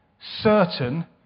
certain